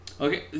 okay